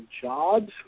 jobs